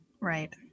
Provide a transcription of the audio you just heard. right